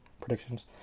predictions